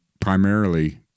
primarily